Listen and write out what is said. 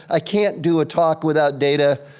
i can't do a talk without data.